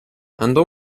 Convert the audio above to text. andò